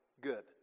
Good